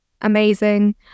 amazing